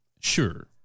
Sure